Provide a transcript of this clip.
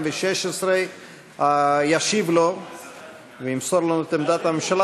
התשע"ו 2016. ישיב לו וימסור לנו את עמדת הממשלה